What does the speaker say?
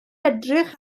edrych